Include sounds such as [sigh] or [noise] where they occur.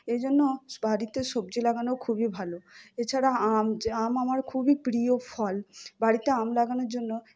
এই জন্য বাড়িতে সবজি লাগানো খুবই ভালো এছাড়া আম [unintelligible] আমার খুবই প্রিয় ফল বাড়িতে আম লাগানোর জন্য